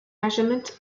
measurement